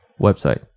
website